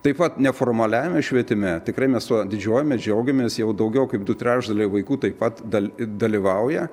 taip pat neformaliajame švietime tikrai mes tuo didžiuojamė džiaugiamės jau daugiau kaip du trečdaliai vaikų taip pat dal dalyvauja